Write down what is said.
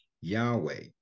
Yahweh